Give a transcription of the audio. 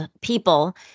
people